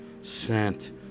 sent